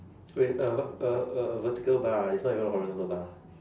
wait a a a a vertical bar ah it's not even a horizontal bar